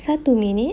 satu minute